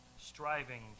striving